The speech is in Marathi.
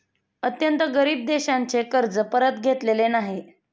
अत्यंत गरीब देशांचे कर्ज परत घेतलेले नाही